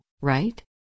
right